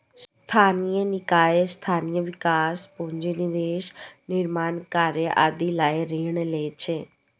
स्थानीय निकाय स्थानीय विकास, पूंजी निवेश, निर्माण कार्य आदि लए ऋण लै छै